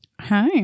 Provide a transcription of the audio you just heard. Hi